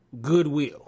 goodwill